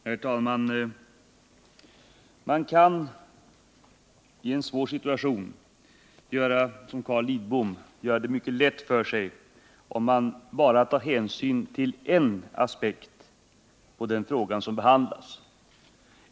Herr talman! Man kan i en svår situation göra det mycket lätt för sig — som Carl Lidbom här gör om man bara tar hänsyn till en aspekt på den fråga som behandlas.